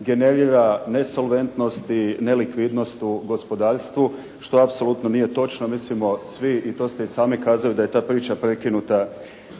generira nesolventnosti i nelikvidnost u gospodarstvu, što apsolutno nije točno. Mislimo svi i to ste i sami kazali da je ta priča prekinuta